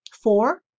Four